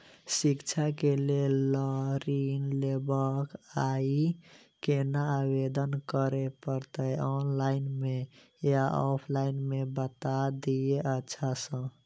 शिक्षा केँ लेल लऽ ऋण लेबाक अई केना आवेदन करै पड़तै ऑनलाइन मे या ऑफलाइन मे बता दिय अच्छा सऽ?